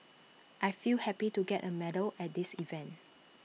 I feel happy to get A medal at this event